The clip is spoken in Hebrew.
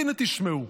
הינה, תשמעו.